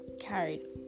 carried